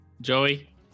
joey